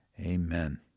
Amen